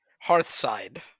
Hearthside